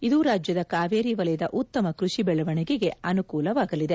ಇದು ರಾಜ್ಯದ ಕಾವೇರಿ ವಲಯದ ಉತ್ತಮ ಕ್ಷಷಿ ಬೆಳವಣಿಗೆಗೆ ಅನುಕೂಲವಾಗಲಿದೆ